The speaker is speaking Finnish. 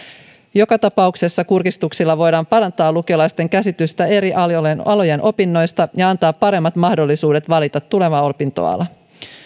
joka tapauksessa kurkistuksilla voidaan parantaa lukiolaisten käsitystä eri alojen alojen opinnoista ja antaa paremmat mahdollisuudet valita tuleva opintoala